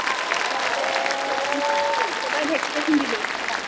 তাৰপিছতে এইবাৰ ঢেঁকীতে খুন্দিলোঁ পিঠা